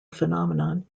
phenomenon